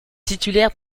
titulaire